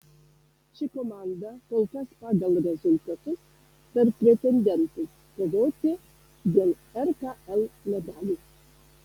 ši komanda kol kas pagal rezultatus tarp pretendentų kovoti dėl rkl medalių